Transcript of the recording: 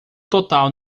total